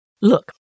Look